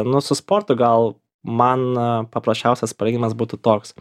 nu su sportu gal man paprasčiausias pratimas būtų toks